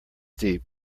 deep